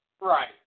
Right